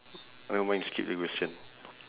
nevermind skip the question